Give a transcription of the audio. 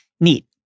Neat